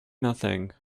nothing